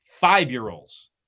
five-year-olds